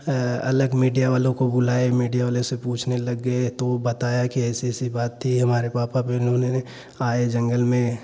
अलग मीडिया वालों को बुलाए मीडिया वाले से पूछने लग गए तो वह बताया कि ऐसे ऐसी बात थी हमारे पापा भी इन्होंने आए जंगल में